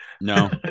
No